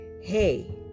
hey